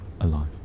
alive